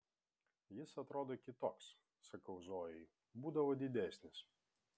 jis atrodo kitoks sakau zojai būdavo didesnis